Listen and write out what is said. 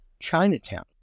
Chinatown